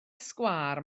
sgwâr